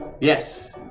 Yes